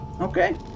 Okay